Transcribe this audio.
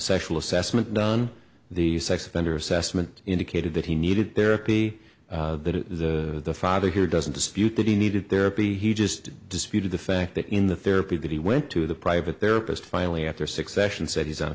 sexual assessment done the sex offender assessment indicated that he needed therapy that the father here doesn't dispute that he needed therapy he just disputed the fact that in the therapy that he went to the private there post finally after six sessions said he's on a